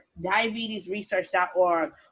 diabetesresearch.org